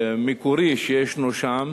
המקורי שישנו שם